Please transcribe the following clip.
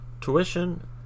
tuition